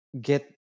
get